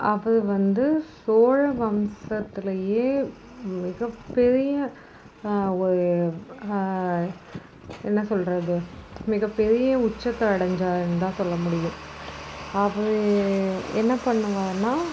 அப்போ வந்து சோழ வம்சத்துலேயே மிகப்பெரிய ஒரு என்ன சொல்கிறது மிகப்பெரிய உச்சத்தை அடைஞ்சாருன்னு தான் சொல்ல முடியும் ஆகவே என்ன பண்ணுவன்னா